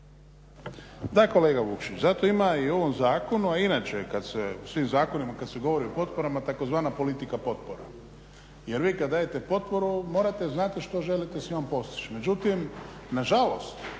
Da kolega Vukšić, zato ima i u ovom zakonu a i inače u svim zakonima kad se govori o potporama, tzv. politika potpora, jer vi kad dajete potporu morate znati što želite s njom postići. Međutim nažalost,